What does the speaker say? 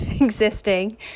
existing